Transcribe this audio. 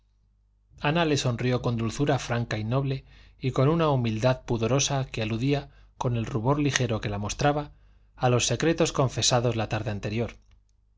le sonrió con dulzura franca y noble y con una humildad pudorosa que aludía con el rubor ligero que la mostraba a los secretos confesados la tarde anterior